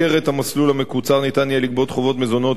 במסגרת המסלול המקוצר ניתן יהיה לגבות חובות מזונות